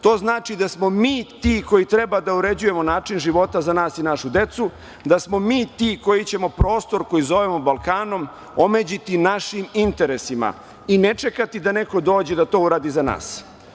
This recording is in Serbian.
To znači da smo mi ti koji treba da uređujemo način života za nas i našu decu, da smo mi ti koji ćemo prostor koji zovemo Balkanom omeđijati našim interesima i ne čekati da neko dođe da to uradi za nas.